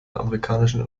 amerikanischen